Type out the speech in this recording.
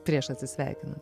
prieš atsisveikinan